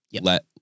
Let